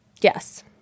Yes